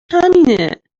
همینه